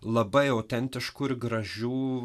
labai autentiškų ir gražių